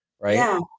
right